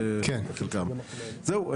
זהו,